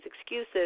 excuses